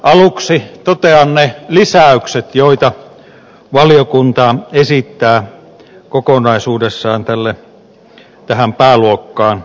aluksi totean ne lisäykset joita valiokunta esittää kokonaisuudessaan tähän pääluokkaan